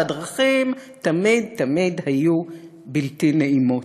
והדרכים תמיד תמיד היו בלתי נעימות.